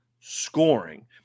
scoring